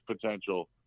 potential